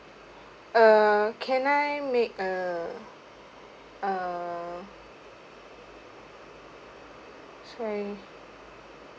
uh can I make a a sorry